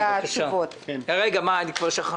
רשות הדיבור לשלמה